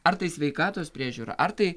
ar tai sveikatos priežiūra ar tai